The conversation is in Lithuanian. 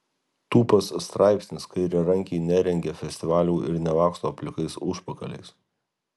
tūpas straipsnis kairiarankiai nerengia festivalių ir nelaksto plikais užpakaliais